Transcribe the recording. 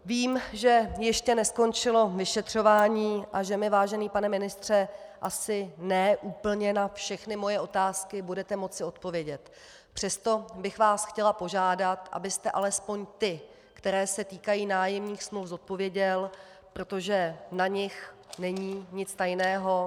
Vím, že ještě neskončilo vyšetřování a že mi, vážený pane ministře, asi ne úplně na všechny moje otázky budete moci odpovědět, přesto bych vás chtěla požádat, abyste alespoň ty, které se týkají nájemních smluv, zodpověděl, protože na nich není nic tajného.